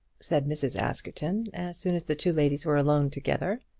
said mrs. askerton as soon as the two ladies were alone together.